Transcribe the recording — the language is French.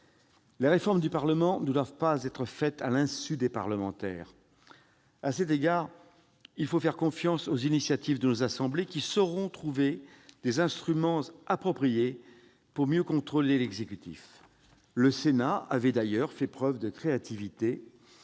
Les réformes du Parlement ne doivent pas être menées à l'insu des parlementaires. À cet égard, il faut faire confiance aux initiatives de nos assemblées, qui sauront trouver des instruments appropriés pour mieux contrôler l'exécutif. Le Sénat avait d'ailleurs fait preuve de créativité